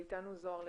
איתנו זהר לבקוביץ',